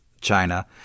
China